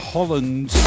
Holland